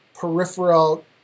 peripheral